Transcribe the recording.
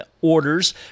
orders